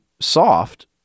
soft